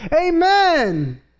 Amen